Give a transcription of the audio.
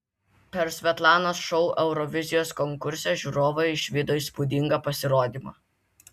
per svetlanos šou eurovizijos konkurse žiūrovai išvydo įspūdingą pasirodymą